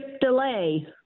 delay